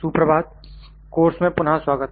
सुप्रभात कोर्स में पुनः स्वागत